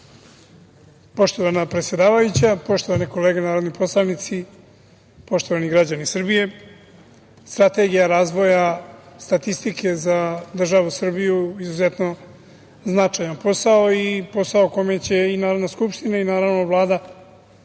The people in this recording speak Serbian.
Poštovana predsedavajuća, poštovane kolege narodni poslanici, poštovani građani Srbije, strategija razvoja statistike za državu Srbije je izuzetno značajan posao i posao kome će i Narodna skupština i Vlada